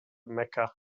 mecca